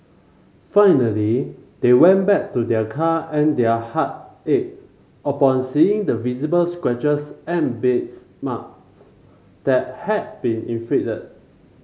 finally they went back to their car and their heart ached upon seeing the visible scratches and bites marks that had been inflicted